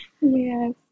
Yes